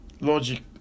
Logic